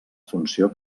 funció